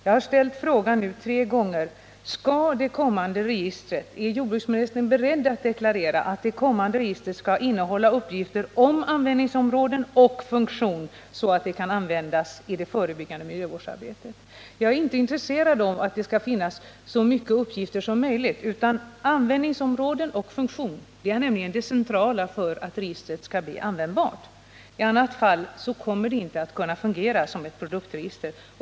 Jag har nu ställt frågan tre gånger: Är jordbruksministern beredd att deklarera att det kommande registret skall innehålla uppgifter om användningsområden och funktion, så att det kan användas i det förebyggande miljövårdsarbetet? Jag är inte intresserad av att det skall finnas så många uppgifter som möjligt, utan jag är intresserad av att få uppgift om användningsområden och funktion — det är nämligen det som är det centrala för att registret skall bli användbart. I annat fall kommer det inte att kunna fungera som ett produktregister.